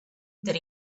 that